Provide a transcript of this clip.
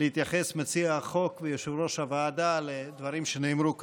להתייחס מציע החוק ויושב-ראש הוועדה לדברים שנאמרו כאן.